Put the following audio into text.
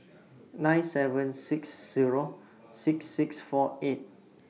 nine seven six Zero six six four eight